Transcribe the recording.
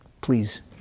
please